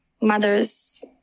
mothers